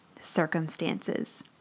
circumstances